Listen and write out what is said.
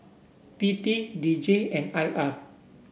P T D J and I R